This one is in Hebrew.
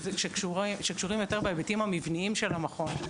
שקשורים יותר בהיבטים המבניים של המכון,